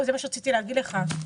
זה מה שרציתי להגיד לך,